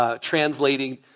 translating